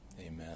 Amen